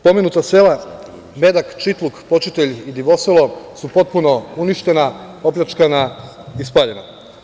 Pomenuta sela Medak, Čitluk, Počitelj i Divoselo su potpuno uništena, opljačkana i spaljena.